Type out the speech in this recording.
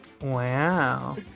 Wow